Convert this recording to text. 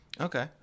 Okay